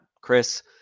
Chris